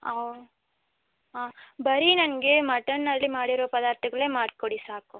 ಹಾಂ ಹಾಂ ಬರೀ ನನಗೆ ಮಟನ್ನಲ್ಲಿ ಮಾಡಿರೋ ಪದಾರ್ಥಗಳನ್ನೇ ಮಾಡಿಕೊಡಿ ಸಾಕು